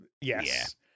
Yes